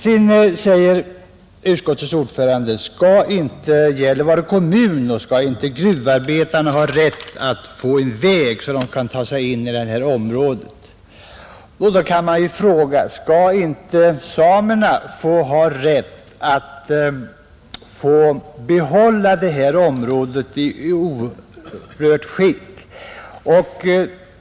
Sedan säger utskottets ordförande: Skall inte Gällivare kommun och skall inte gruvarbetarna ha rätt att få en väg, så att de kan ta sig in i det här området? Då kan man fråga: Skall inte samerna ha rätt att få behålla det här området i orört skick?